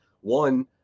one